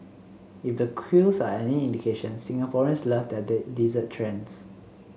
if the queues are any indication Singaporeans love their dessert trends